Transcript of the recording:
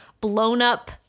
blown-up